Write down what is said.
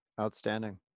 Outstanding